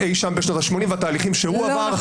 -- אי שם בשנות ה-80, והתהליכים שהוא עבר.